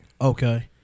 Okay